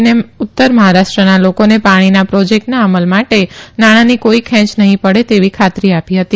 તેમણે ખાસ કરીને ઉત્તર મહારાષ્ટ્રના લોકોને પાણીના પ્રોજેકટના અમલ માટે નાણાંની કોઇ ખેંચ નહી પડે તેવી ખાતરી આપી હતી